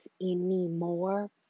anymore